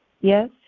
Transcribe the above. Yes